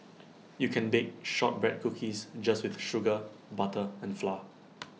you can bake Shortbread Cookies just with sugar butter and flour